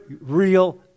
real